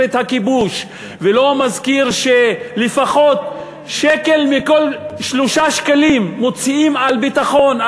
את הכיבוש ולא מזכיר שלפחות שקל מכל 3 שקלים מוציאים על ביטחון,